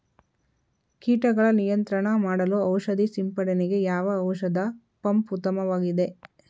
ಕೀಟಗಳ ನಿಯಂತ್ರಣ ಮಾಡಲು ಔಷಧಿ ಸಿಂಪಡಣೆಗೆ ಯಾವ ಔಷಧ ಪಂಪ್ ಉತ್ತಮವಾಗಿದೆ?